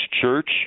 church